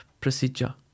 procedure